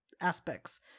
aspects